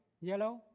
yellow